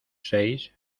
seis